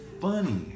funny